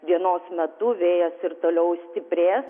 dienos metu vėjas ir toliau stiprės